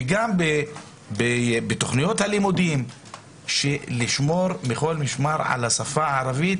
שגם בתוכניות הלימודים נשמור מכול משמר על השפה הערבית,